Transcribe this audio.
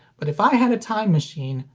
but if i had a time machine,